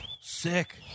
Sick